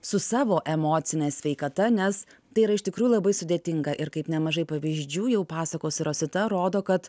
su savo emocine sveikata nes tai yra iš tikrųjų labai sudėtinga ir kaip nemažai pavyzdžių jau pasakos ir rosita rodo kad